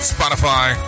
Spotify